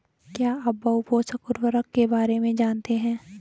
क्या आप बहुपोषक उर्वरक के बारे में जानते हैं?